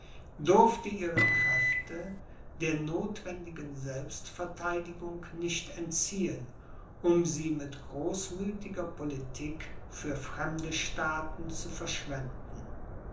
durfte ihre kräfte der notwendigen selbstvertheidigung nicht entziehen um sie mit großmüthiger politik für fremde staaten zu verschwenden